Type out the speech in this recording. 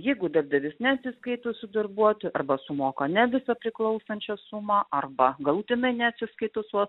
jeigu darbdavys neatsiskaito su darbuotoju arba sumoka ne visą priklausančią sumą arba galutinai neatsiskaito su